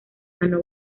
ganó